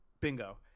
Bingo